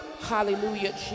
Hallelujah